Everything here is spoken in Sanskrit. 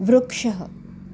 वृक्षः